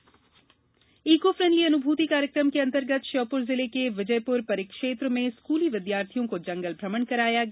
अनुभूति eco friendly Anubhuti कार्यक्रम के अंतर्गत श्योपूर जिले के विजयपूर परिक्षेत्र में स्कूली विद्यार्थियों को जंगल भ्रमण कराया गया